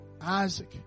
Isaac